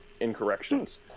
incorrections